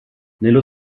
nello